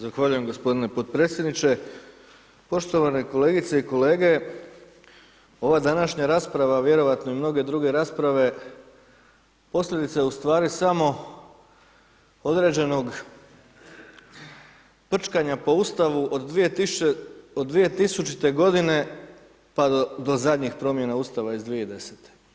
Zahvaljujem gospodine podpredsjedniče, poštovane kolegice i kolege ova današnja rasprava vjerojatno mnoge i mnoge druge rasprave posljedica je u stvari samo određenog prčkanja po Ustavu od 2000. godine pa do zadnjih promjena Ustava iz 2010.